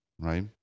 right